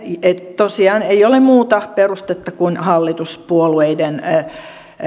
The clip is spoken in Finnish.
tosiaan ei ole muuta perustetta kuin hallituspuolueiden